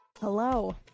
Hello